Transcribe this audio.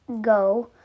go